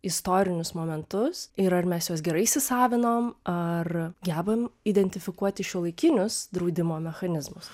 istorinius momentus ir ar mes juos gerai įsisavinom ar gebam identifikuoti šiuolaikinius draudimo mechanizmus